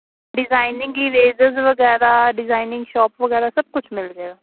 designing erasers ਵਗੈਰਾ designing shop ਵਗੈਰਾ ਸਭ ਕੁਛ ਮਿਲ ਜਾਵੇਗਾ